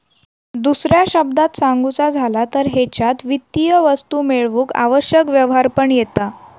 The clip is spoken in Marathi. दुसऱ्या शब्दांत सांगुचा झाला तर हेच्यात वित्तीय वस्तू मेळवूक आवश्यक व्यवहार पण येता